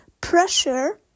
pressure